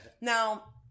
Now